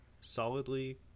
solidly